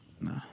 nah